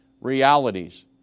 realities